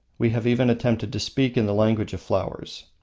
we have even attempted to speak in the language of flowers.